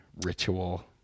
ritual